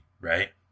right